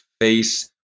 face